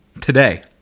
today